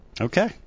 Okay